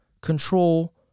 control